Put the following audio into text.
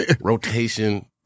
rotation